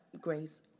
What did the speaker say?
grace